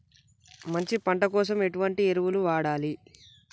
మంచి పంట కోసం ఎటువంటి ఎరువులు వాడాలి?